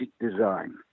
design